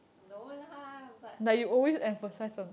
no lah but